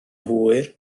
hwyr